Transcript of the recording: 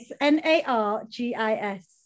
N-A-R-G-I-S